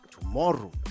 Tomorrow